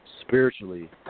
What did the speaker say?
spiritually